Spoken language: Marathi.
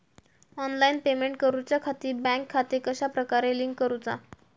ऑनलाइन पेमेंट करुच्याखाती बँक खाते कश्या प्रकारे लिंक करुचा?